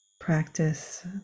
practice